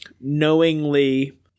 knowingly